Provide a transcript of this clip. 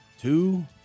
two